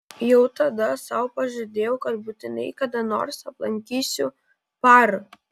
jau tada sau pažadėjau kad būtinai kada nors aplankysiu par